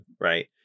right